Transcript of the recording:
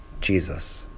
Jesus